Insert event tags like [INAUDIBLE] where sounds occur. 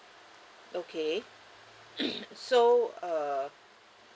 okay [NOISE] so uh